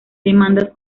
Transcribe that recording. demandas